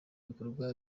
bikorwa